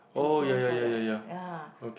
to go for the ya